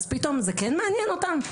אז פתאום זה כן מעניין אותם?